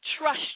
trust